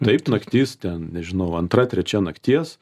taip naktis ten nežinau antra trečia nakties